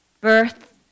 birth